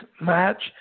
match